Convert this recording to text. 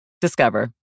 Discover